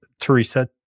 Teresa